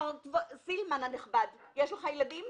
מר סילמן הנכבד, יש לך ילדים?